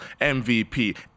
MVP